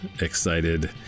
excited